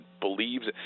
believes